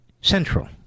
Central